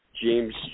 James